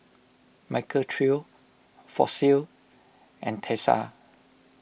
Michael Trio Fossil and Tesla